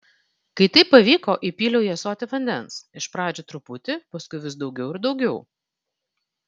kai tai pavyko įpyliau į ąsotį vandens iš pradžių truputį paskui vis daugiau ir daugiau